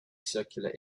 circular